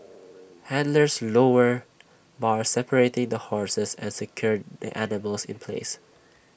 handlers lowered bars separating the horses and secured the animals in place